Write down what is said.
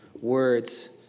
words